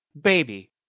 baby